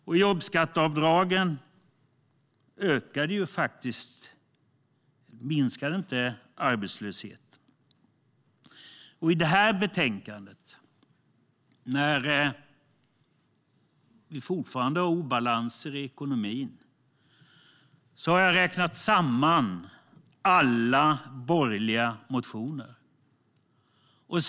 Men jobbskatteavdragen minskade inte arbetslösheten. Det råder fortfarande obalanser i ekonomin. Jag har räknat samman alla borgerliga motioner till betänkandet.